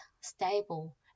stable